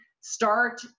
start